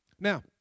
Now